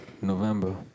November